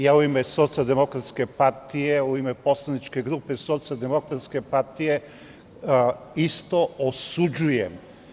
Ja u ime Socijaldemokratske partije u ime poslaničke grupe Socijaldemokratske partije isto osuđujem.